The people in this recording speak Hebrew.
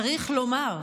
צריך לומר: